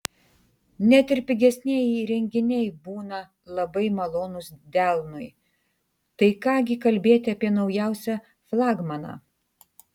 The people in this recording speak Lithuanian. net ir pigesnieji įrenginiai būna labai malonūs delnui tai ką gi kalbėti apie naujausią flagmaną